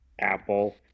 apple